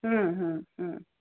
ହୁଁ ହୁଁ ହୁଁ